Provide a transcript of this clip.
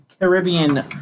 Caribbean